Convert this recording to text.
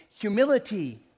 humility